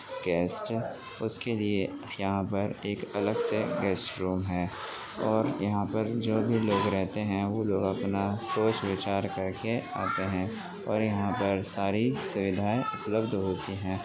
guest اس کے لیے یہاں پر ایک الگ سے گیسٹ روم ہے اور یہاں پر جو بھی لوگ رہتے ہیں وہ لوگ اپنا سوچ وچار کر کے آتے ہیں اور یہاں پر ساری سویدھائیں اپلبھد ہوتی ہیں